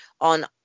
on